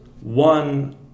one